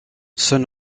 son